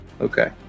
Okay